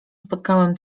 spotkałam